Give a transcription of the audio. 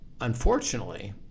unfortunately